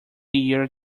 year